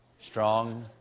strong,